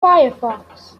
firefox